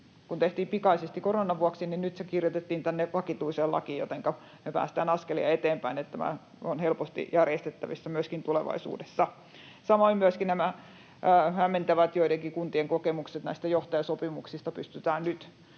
se tehtiin pikaisesti koronan vuoksi, ja nyt se kirjoitettiin tänne vakituiseen lakiin, jotenka me päästään askelia eteenpäin, niin että tämä on helposti järjestettävissä myöskin tulevaisuudessa. Samoin myöskin nämä joidenkin kuntien hämmentävät kokemukset johtajasopimuksista: pystytään nyt